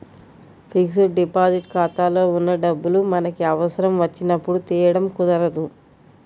fixed deposit ఖాతాలో ఉన్న డబ్బులు మనకి అవసరం వచ్చినప్పుడు తీయడం కుదరదు